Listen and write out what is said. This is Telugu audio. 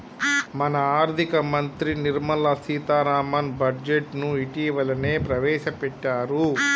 మన ఆర్థిక మంత్రి నిర్మల సీతారామన్ బడ్జెట్ను ఇటీవలనే ప్రవేశపెట్టారు